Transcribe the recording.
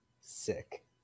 Sick